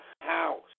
house